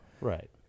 Right